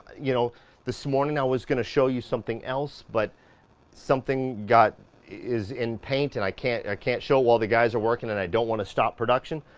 you know this morning i was going to show you something else, but something got is in paint. and i can't can't show while the guys are working and i don't want to stop production.